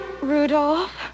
Rudolph